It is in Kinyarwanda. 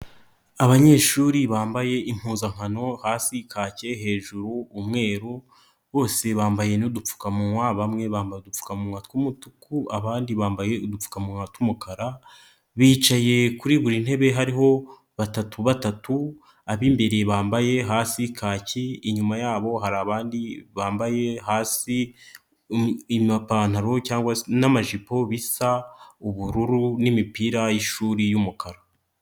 Abanyeshuri bambaye impuzankano hasi kake hejuru umweru, bose bambaye n'udupfukamunwa bamwe bambara udupfukamunwa tw'umutuku abandi bambaye udupfukamunwa tw'umukara, bicaye kuri buri ntebe hariho batatu batatu ab'imbere bambaye hasi kaki inyuma yabo hari abandi bambaye hasi amapantaro n'amajipo bisa ubururu n'imipira y'ishuri y'umukara.